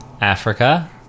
africa